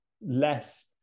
less